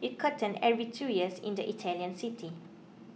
it curtain every two years in the Italian city